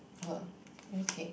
okay